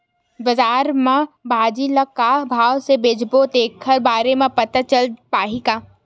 बजार में भाजी ल का भाव से बेचबो तेखर बारे में पता चल पाही का?